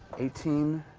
eighteen,